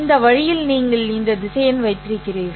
இந்த வழியில் நீங்கள் இந்த திசையன் வைத்திருக்கிறீர்கள்